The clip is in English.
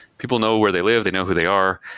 people know where they live. they know who they are,